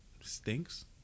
stinks